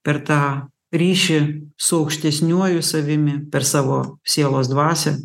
per tą ryšį su aukštesniuoju savimi per savo sielos dvasią